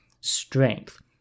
strength